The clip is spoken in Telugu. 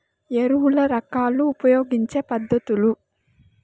ఎరువుల రకాలు ఉపయోగించే పద్ధతులు?